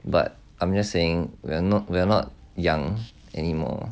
but I'm just saying we're not we're not young anymore